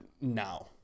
now